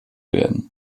werden